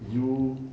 you